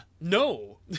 no